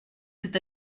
cet